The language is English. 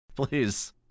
Please